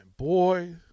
Boy